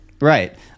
Right